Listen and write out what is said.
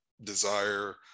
desire